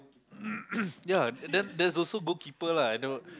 ya then there's also goalkeeper lah and they will